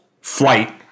flight